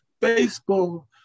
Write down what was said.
baseball